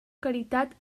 caritat